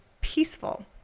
peaceful